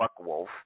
Buckwolf